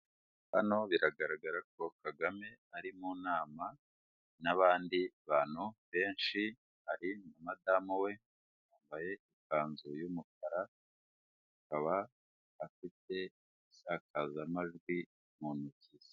Hano biragaragara ko Kagame ari mu nama n'abandi bantu benshi hari madamu we yambaye ikanzu y'umukara akaba afite isakazamajwi mu ntoki ze.